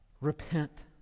Repent